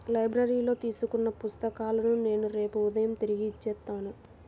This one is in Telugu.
లైబ్రరీలో తీసుకున్న పుస్తకాలను నేను రేపు ఉదయం తిరిగి ఇచ్చేత్తాను